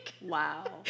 Wow